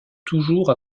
toujours